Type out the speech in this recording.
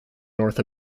north